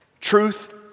Truth